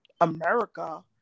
America